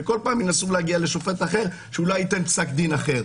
ינסו להגיע לשופט אחר שאולי ייתן פסק דין אחר.